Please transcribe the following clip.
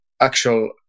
actual